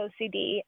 OCD